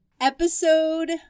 episode